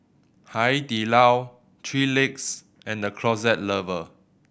Hai Di Lao Three Legs and The Closet Lover